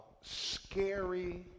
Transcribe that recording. scary